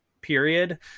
period